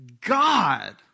God